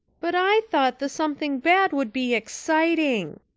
but i thought the something bad would be exciting,